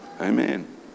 Amen